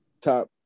top